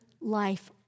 life